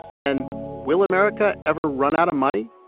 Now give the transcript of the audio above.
and will america ever run out of money?